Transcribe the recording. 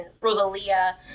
rosalia